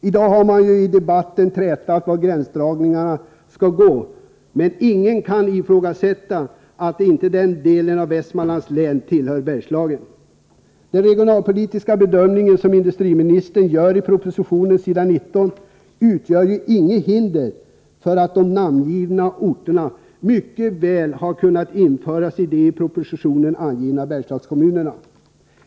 I dag har man i debatten trätt om var gränserna skall dras, men ingen kan ifrågasätta att denna del av Västmanlands län tillhör Bergslagen. Den regionalpolitiska bedömning som industriministern gör i propositionen — på s. 19 — utgör ju inget hinder, utan de namngivna orterna bör mycket väl kunna införas bland de i propositionen angivna Bergslagskommunerna.